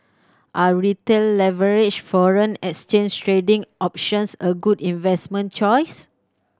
are Retail leveraged foreign exchange trading options a good investment choice